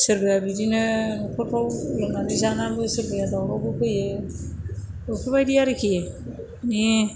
सोरबाया बिदिनो नखरफ्राव लोंनानै जानानैबो सोरबाया दावरावबो फैयो बेफोरबादि आरखि ने